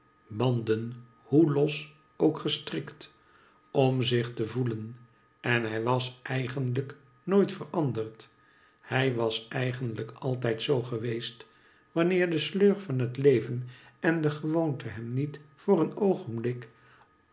banden hoe los ook gestrikt om zich te voelen en hij was eigenlijk nooit veranderd hij was eigenlijk altijd zoo geweest wanneer de sleur van het leven en de gewoonte hem niet voor een oogenblik